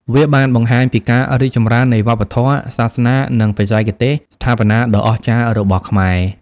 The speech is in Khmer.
វាបានបង្ហាញពីការរីកចម្រើននៃវប្បធម៌ សាសនា និងបច្ចេកទេសស្ថាបនាដ៏អស្ចារ្យរបស់ខ្មែរ។